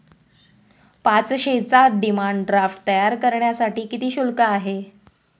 पाचशेचा demand draft तयार करण्यासाठी किती शुल्क आहे?